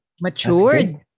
matured